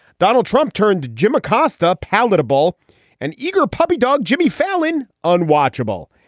donald trump turned to jim acosta palatable an eager puppy dog. jimmy fallon unwatchable.